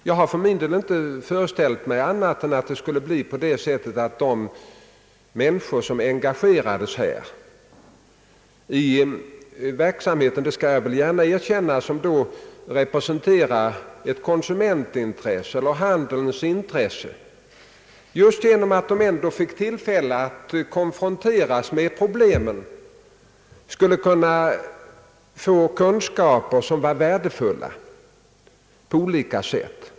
Jag har för min del inte föreställt mig annat än att det skulle bli på det sättet att de människor, som engagerades i verksamheten, vilka då — det skall jag gärna erkänna — representerar konsumentintressen eller handelns intressen, just genom att de konfronteras med problemen skulle kunna få kunskaper som är värdefulla i olika avseenden.